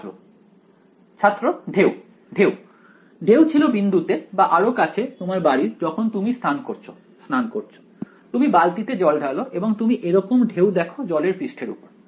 ছাত্র ছাত্র ঢেউ ঢেউ ঢেউ ছিল বিন্দুতে বা আরো কাছে তোমার বাড়ির যখন তুমি স্নান করছো তুমি বালতিতে জল ঢালো এবং তুমি এরকম ঢেউ দেখো জলের পৃষ্ঠের উপর